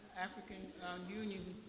african union,